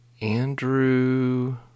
Andrew